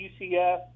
UCF